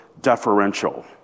deferential